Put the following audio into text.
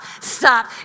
stop